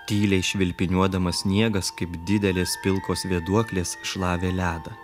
tyliai švilpiniuodamas sniegas kaip didelės pilkos vėduoklės šlavė ledą